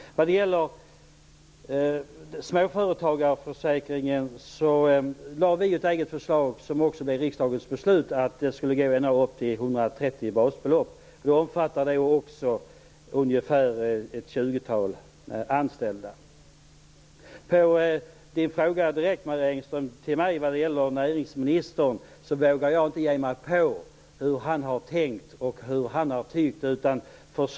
Vad beträffar småföretagarförsäkringen vill jag säga att vi lade fram ett eget förslag, som också blev riksdagens beslut. Försäkringen omfattar ända upp till Engströms direkta fråga till mig beträffande näringsministern vill jag säga att jag inte vågar gå in på hur denne har tänkt och tyckt.